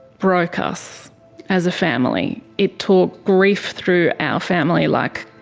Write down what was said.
broke us as a family. it tore grief through our family like